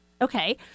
Okay